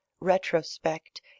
retrospect